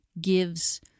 gives